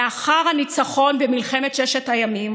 לאחר הניצחון במלחמת ששת הימים